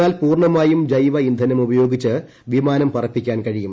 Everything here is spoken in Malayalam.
എന്നാൽ പൂർണമായും ജൈവ ഇന്ധനം ഉപയോഗിച്ച് വിമാനം പറപ്പിക്കാൻ കഴിയും